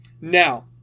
Now